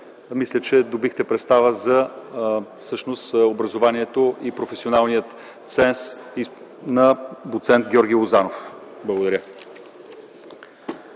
Мисля, че добихте представа за образованието и професионалния ценз на доц. Георги Лозанов.